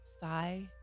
thigh